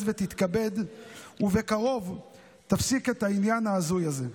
ותתכבד ובקרוב תפסיק את העניין ההזוי הזה.